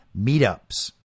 meetups